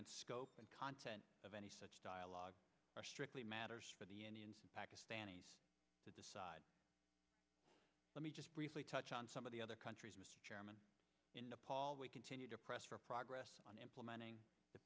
and scope and content of any such dialogue are strictly matters for the indians pakistanis to decide let me just briefly touch on some of the other countries mr chairman in nepal we continue to press for progress on implementing the